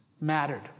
mattered